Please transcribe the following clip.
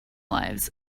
lives